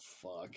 fuck